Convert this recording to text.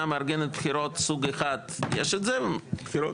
מארגנת בחירות סוג אחד יש את זה ובאחר אין את זה.